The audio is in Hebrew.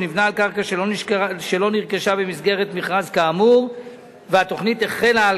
או שנבנה על קרקע שלא נרכשה במסגרת מכרז כאמור והתוכנית החלה על